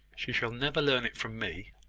she shall never learn it from me.